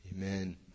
amen